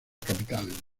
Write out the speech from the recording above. capital